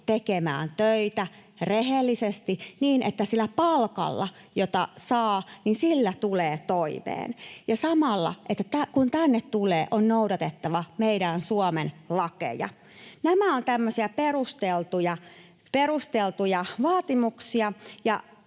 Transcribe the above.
tekemään töitä rehellisesti niin, että sillä palkalla, jota saa, tulee toimeen. Ja samalla, kun tänne tulee, on noudatettava meidän Suomen lakeja. Nämä ovat tämmöisiä perusteltuja vaatimuksia,